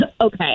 Okay